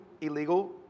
illegal